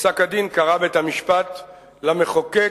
ובפסק-הדין קרא בית-המשפט למחוקק